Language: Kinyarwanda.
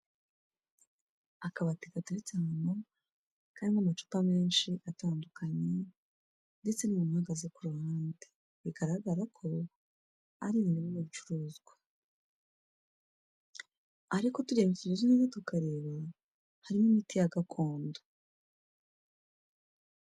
Akabati gateretse ahantu, karimo amacupa menshi atandukanye, ndetse n'umuntu uhagaze ku ruhande. Bigaragara ko ari ibintu birimo bicuruzwa. Ariko tugenekereje neza tukareba, harimo imiti ya gakondo.